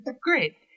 Great